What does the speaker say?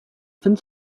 分子